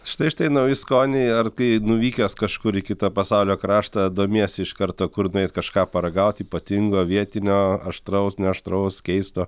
štai štai nauji skoniai ar kai nuvykęs kažkur į kitą pasaulio kraštą domiesi iš karto kur nueit kažką paragaut ypatingo vietinio aštraus neaštraus keisto